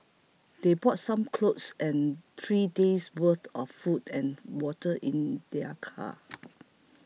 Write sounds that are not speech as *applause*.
they brought some clothes and three days' worth of food and water in their car *noise*